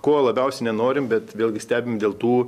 ko labiausiai nenorim bet vėlgi stebim dėl tų